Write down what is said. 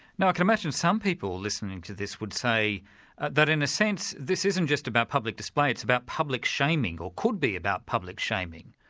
now i can imagine some people listening to this would say that in a sense, this isn't just about public display, it's about public shaming, or could be about public shaming.